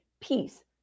Peace